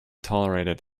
tolerated